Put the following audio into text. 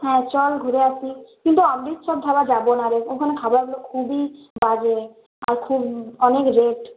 হ্যাঁ চল ঘুরে আসি কিন্তু অমৃতসর ধাবা যাব নারে ওখানে খাবারগুলো খুবই বাজে আর খুব অনেক রেট